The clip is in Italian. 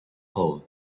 hall